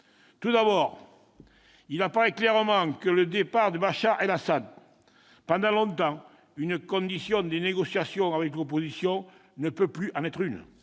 Tout d'abord, il apparaît clairement que le départ de Bachar al-Assad, qui a pendant longtemps constitué une condition des négociations avec l'opposition, ne peut plus en être une.